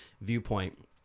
viewpoint